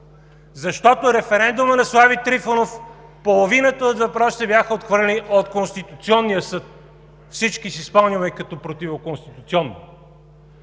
защото на референдума на Слави Трифонов половината от въпросите бяха отхвърлени от Конституционния съд – всички си го спомняме като противоконституционно.